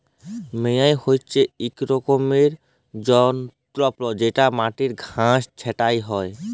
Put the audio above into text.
মেয়ার হছে ইক রকমের যল্তর যেটতে মাটির ঘাঁস ছাঁটা হ্যয়